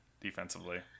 defensively